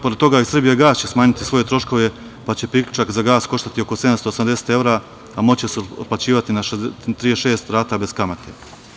Pored toga i Srbijagas će smanjiti svoje troškove, pa će priključak za gas koštati oko 780 evra, a moći se otplaćivati na 36 rata bez kamate.